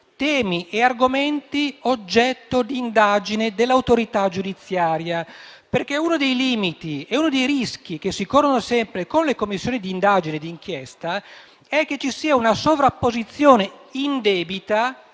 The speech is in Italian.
temi e argomenti oggetto di indagine dell'autorità giudiziaria. Fra i limiti e i rischi che si corrono sempre con le Commissioni di indagine e di inchiesta vi è quello che vi sia una sovrapposizione indebita,